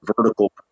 vertical